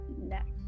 next